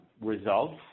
results